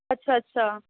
اچھا اچھا